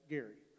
Gary